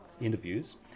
interviews